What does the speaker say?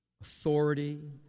authority